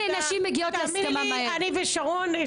את מאפשרת לה שרון?